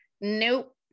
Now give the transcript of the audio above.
nope